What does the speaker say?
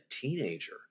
teenager